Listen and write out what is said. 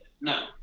No